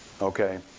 Okay